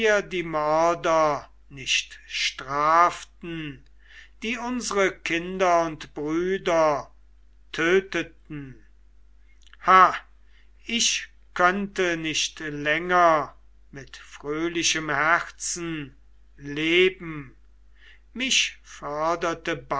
die mörder nicht straften die unsere kinder und brüder töteten ha ich könnte nicht länger mit fröhlichem herzen leben mich